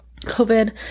COVID